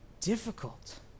difficult